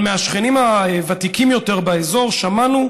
אבל מהשכנים הוותיקים יותר באזור שמענו